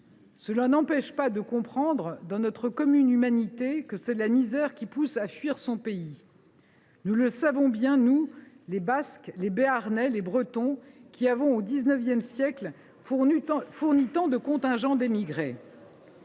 Cela n’empêche pas de comprendre, dans notre commune humanité, que c’est la misère qui pousse à fuir son pays. Nous le savons bien, nous les Basques, les Béarnais, les Bretons, qui avons au XIX siècle fourni tant de contingents d’émigrés.